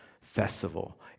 festival